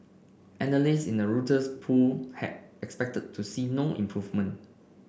analysts in a Reuters poll had expected to see no improvement